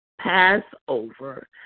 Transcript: Passover